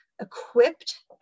equipped